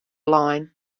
lein